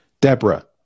Deborah